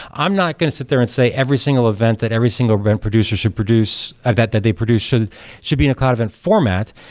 i'm not going to sit there and say every single event, that every single event producer should produce event that they produce should should be in a cloud event format.